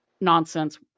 nonsense